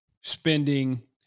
spending